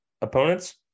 Opponents